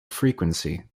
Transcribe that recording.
frequency